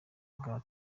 bwa